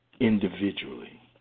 individually